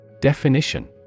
Definition